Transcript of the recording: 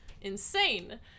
insane